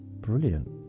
brilliant